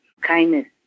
kindness